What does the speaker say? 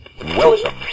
Welcome